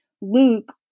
Luke